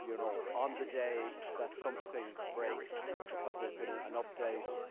you know on the day that something breaks because there has been an an update,